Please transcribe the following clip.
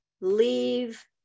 leave